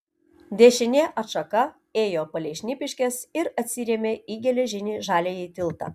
dešinė atšaka ėjo palei šnipiškes ir atsirėmė į geležinį žaliąjį tiltą